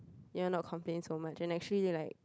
you are not complain so much and actually like